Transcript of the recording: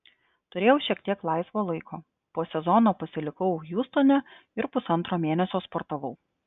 turėjau šiek tiek laisvo laiko po sezono pasilikau hjustone ir pusantro mėnesio sportavau